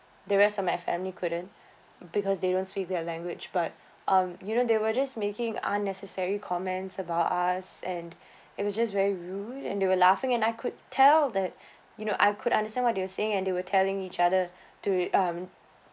the rest of my family couldn't because they don't speak their language but um you know they were just making unnecessary comments about us and it was just very rude and they were laughing and I could tell that you know I could understand what they were saying and they were telling each other to um